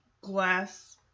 glass